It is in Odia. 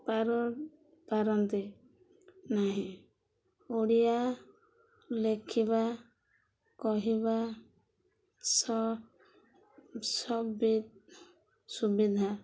ପାର ପାରନ୍ତି ନାହିଁ ଓଡ଼ିଆ ଲେଖିବା କହିବା ସ ସଭି ସୁବିଧା